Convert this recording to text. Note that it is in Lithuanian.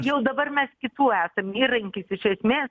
jau dabar mes kitų esam įrankis iš esmė